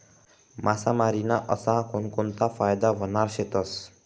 मासामारी ना अशा कोनकोनता फायदा व्हनारा शेतस?